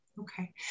Okay